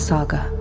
Saga